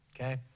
okay